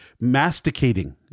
masticating